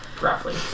Roughly